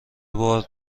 بار